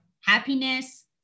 happiness